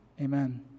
amen